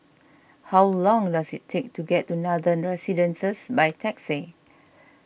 how long does it take to get to Nathan Residences by taxi